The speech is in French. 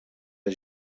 est